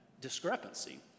discrepancy